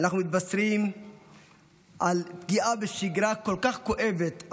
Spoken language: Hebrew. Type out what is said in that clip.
אנחנו מתבשרים על פגיעה בשגרה כל כך כואבת,